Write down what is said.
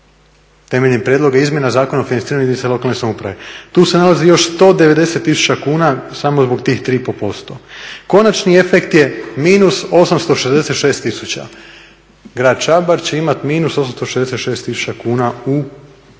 temeljem prijedloga izmjena Zakona o financiranju jedinica lokalne samouprave. Tu se nalazi još 190 tisuća kuna samo zbog tih 3,5%. Konačni efekt je -866 tisuća. Grad Čabar će imati -866 tisuća kuna u 2015.